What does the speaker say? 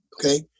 Okay